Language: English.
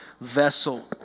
vessel